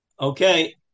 Okay